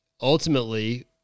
ultimately